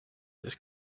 this